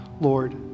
Lord